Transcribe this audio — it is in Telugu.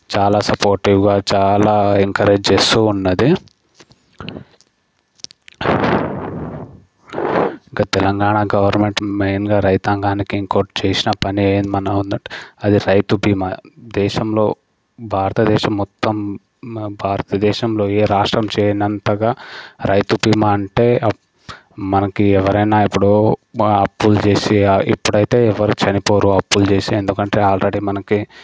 చాలా సపోర్టివ్గా చాలా ఎంకరేజ్ చేస్తూ ఉన్నది ఇంకా తెలంగాణ గవర్నమెంట్ మెయిన్గా రైతాంగానికి ఇంకోటి చేసిన పని ఏమైనా ఉందంటే అది రైతు బీమా దేశంలో భారతదేశం మొత్తం భారతదేశంలో ఏ రాష్ట్రం చేయనంతగా రైతు బీమా అంటే మనకి ఎవరైనా ఎప్పుడో అప్పులు చేసి ఇప్పుడైతే ఎవరు చనిపోరో అప్పులు చేసి ఎందుకంటే ఆల్రెడీ మనకి